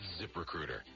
ZipRecruiter